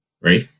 right